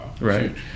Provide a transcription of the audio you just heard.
Right